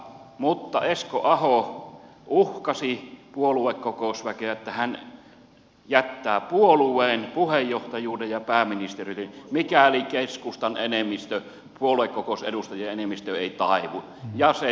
mutta esko aho uhkasi puoluekokousväkeä että hän jättää puolueen puheenjohtajuuden ja pääministeriyden mikäli keskustan puoluekokousedustajien enemmistö ei taivu ja se taipui